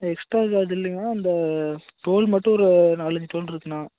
extra charge இல்லைங்கண்ணா அந்த toll மட்டும் ஒரு நாலஞ்சு டோல் இருக்குதுண்ணா